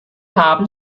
haben